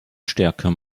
stärker